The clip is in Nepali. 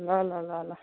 ल ल ल ल